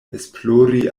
esplori